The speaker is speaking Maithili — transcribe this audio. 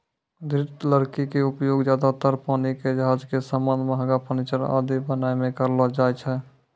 दृढ़ लकड़ी के उपयोग ज्यादातर पानी के जहाज के सामान, महंगा फर्नीचर आदि बनाय मॅ करलो जाय छै